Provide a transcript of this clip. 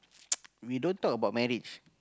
we don't talk about marriage